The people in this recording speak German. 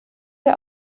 der